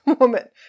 woman